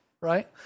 right